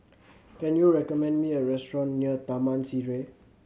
can you recommend me a restaurant near Taman Sireh